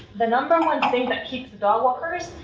the number one thing that keeps the dog walkers,